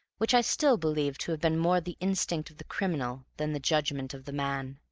which i still believe to have been more the instinct of the criminal than the judgment of the man.